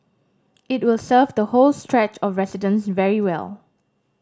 it will serve the whole stretch of residents very well